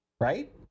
right